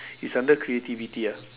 it's under creativity ah